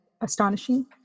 astonishing